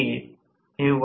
तर हे समीकरण 24 आहे